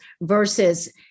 versus